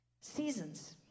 Seasons